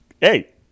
hey